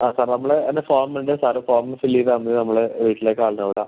ആ സാർ നമ്മള് അത് ഫോമ് ഉണ്ട് സാറ് ഫോമ് ഫില്ല് ചെയ്ത് അന്ന് നമ്മള് വീട്ടിലേക്ക് ആളിനെ വിടാം